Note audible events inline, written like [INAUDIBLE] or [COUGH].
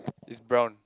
[NOISE] it's brown